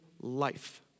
life